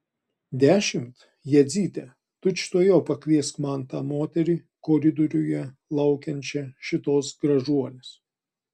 dešimt jadzyte tučtuojau pakviesk man tą moterį koridoriuje laukiančią šitos gražuolės